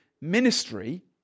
ministry